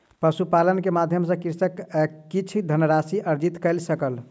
पशुपालन के माध्यम सॅ कृषक किछ धनराशि अर्जित कय सकल